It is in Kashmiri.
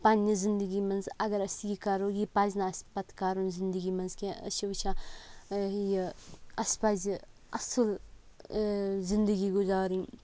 پَنٕنہِ زِنٛدٕگی منٛز اَگَر اَسہِ یہِ کَرو یہِ پَزِ نہٕ اَسہِ پَتہٕ کَرُن زِنٛدٕگی منٛز کیٚنٛہہ أسۍ چھِ وُچھان یہِ اَسہِ پَزِ اَصٕل زِنٛدٕگی گُزارٕنۍ